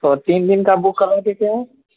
تو تین دن کا بک کرا دیتے ہیں